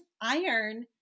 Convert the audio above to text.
iron